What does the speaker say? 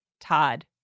Todd